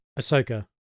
Ahsoka